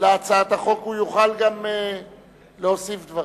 להצעת החוק, הוא יוכל גם להוסיף דברים.